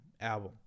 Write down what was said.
album